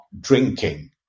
drinking